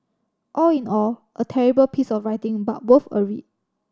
all in all a terrible piece of writing but worth a read